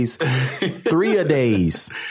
Three-a-days